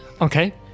Okay